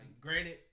granted